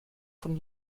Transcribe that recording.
von